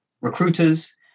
Recruiters